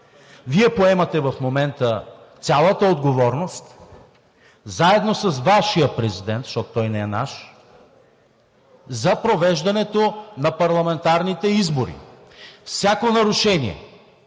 Вие поемате в момента цялата отговорност, заедно с Вашия президент, защото той не е наш, за провеждането на парламентарните избори. Всяко нарушение,